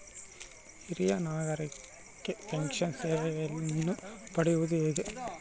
ಹಿರಿಯ ನಾಗರಿಕರಿಗೆ ಪೆನ್ಷನ್ ಸೇವೆಯನ್ನು ಪಡೆಯುವುದು ಹೇಗೆ?